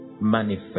manifest